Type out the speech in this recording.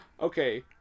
Okay